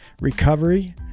recovery